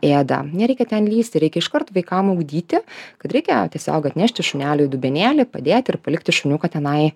ėda nereikia ten lįsti reikia iškart vaikam ugdyti kad reikia tiesiog atnešti šuneliui dubenėlį padėti ir palikti šuniuką tenai